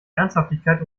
ernsthaftigkeit